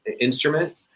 instrument